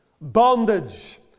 bondage